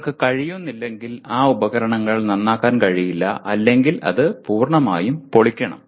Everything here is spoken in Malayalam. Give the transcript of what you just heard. നിങ്ങൾക്ക് കഴിയുന്നില്ലെങ്കിൽ ആ ഉപകരണങ്ങൾ നന്നാക്കാൻ കഴിയില്ല അല്ലെങ്കിൽ അത് പൂർണ്ണമായും പൊളിക്കണം